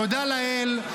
תודה לאל,